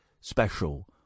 special